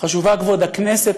חשוב כבוד הכנסת,